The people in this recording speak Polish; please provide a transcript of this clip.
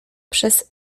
przez